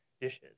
dishes